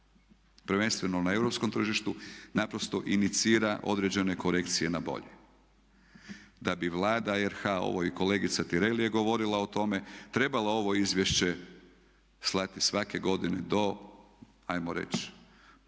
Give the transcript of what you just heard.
prvenstveno na europskom tržištu naprosto inicira određene korekcije na bolje. Da bi Vlada RH, i kolegica Tireli je govorila o tome, trebala ovo izvješće slati svake godine do ajmo reći